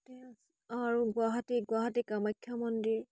আৰু গুৱাহাটী গুৱাহাটী কামাখ্যা মন্দিৰ